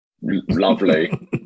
Lovely